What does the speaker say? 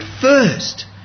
first